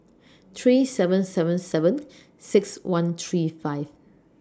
three seven seven seven six one three five